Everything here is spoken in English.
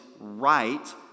right